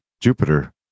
Jupiter